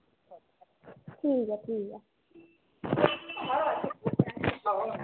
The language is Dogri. ठीक ऐ ठीक ऐ